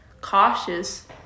cautious